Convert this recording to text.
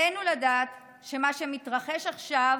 עלינו לדעת שמה שמתרחש עכשיו